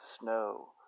snow